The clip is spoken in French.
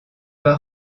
pas